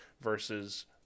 versus